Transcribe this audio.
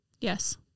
Yes